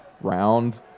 round